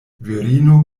virino